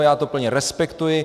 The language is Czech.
Já to plně respektuji.